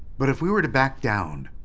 but if we were to back down,